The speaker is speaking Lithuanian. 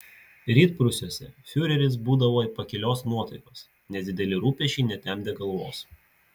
rytprūsiuose fiureris būdavo pakilios nuotaikos nes dideli rūpesčiai netemdė galvos